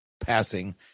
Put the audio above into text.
passing